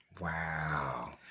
Wow